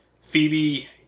Phoebe